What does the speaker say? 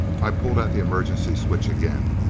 i pulled at the emergency switch again.